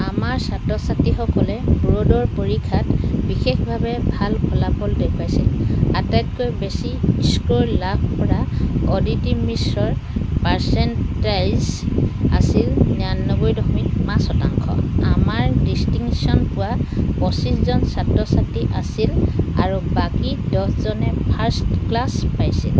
আমাৰ ছাত্ৰ ছাত্ৰীসকলে ব'ৰ্ডৰ পৰীক্ষাত বিশেষভাৱে ভাল ফলাফল দেখুৱাইছিল আটাইতকৈ বেছি স্ক'ৰ লাভ কৰা অদিতি মিশ্ৰৰ পাৰ্চেণ্টাইজ আছিল নিৰানব্বৈ দশমিক পাঁচ শতাংশ আমাৰ ডিষ্টিংশ্যন পোৱা পঁচিছ জন ছাত্ৰ ছাত্ৰী আছিল আৰু বাকী দহজনে ফাৰ্ষ্ট ক্লাছ পাইছিল